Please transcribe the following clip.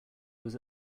was